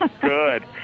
Good